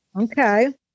Okay